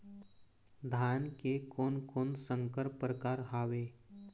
धान के कोन कोन संकर परकार हावे?